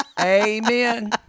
Amen